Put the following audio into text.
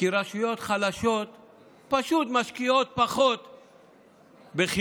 כי רשויות חלשות פשוט משקיעות פחות בחינוך,